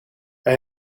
hij